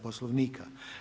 Poslovnika.